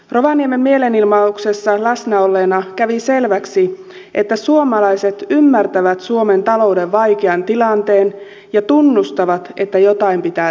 rovaniemen mielenilmauksessa läsnä olleena kävi selväksi että suomalaiset ymmärtävät suomen talouden vaikean tilanteen ja tunnustavat että jotain pitää tehdä